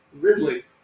Ridley